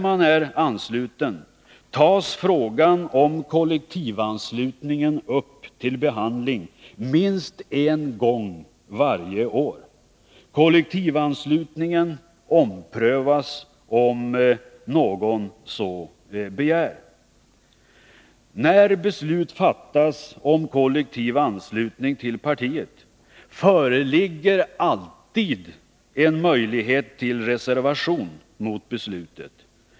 Efter anslutning tas frågan om kollektivanslutningen upp till behandling minst en gång varje år. Kollektivanslutningen omprövas, om någon så begär. När beslut fattas om kollektiv anslutning till partiet föreligger alltid en möjlighet till reservation mot beslutet.